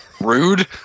Rude